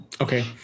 okay